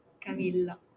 Camilla